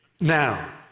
Now